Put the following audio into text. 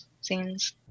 scenes